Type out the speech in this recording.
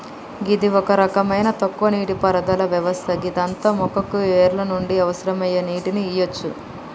గిది ఒక రకమైన తక్కువ నీటిపారుదల వ్యవస్థ గిదాంతో మొక్కకు వేర్ల నుండి అవసరమయ్యే నీటిని ఇయ్యవచ్చు